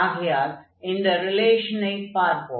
ஆகையால் இந்த ரிலேஷனை பார்ப்போம்